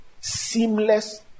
seamless